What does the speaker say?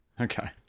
Okay